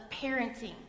parenting